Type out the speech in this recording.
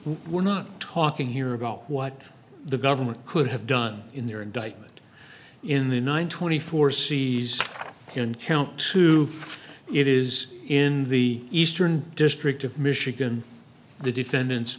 we're not talking here about what the government could have done in their indictment in the nine twenty four c s and count two it is in the eastern district of michigan the defendant